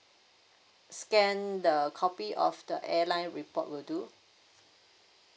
scan the copy of the airline report will do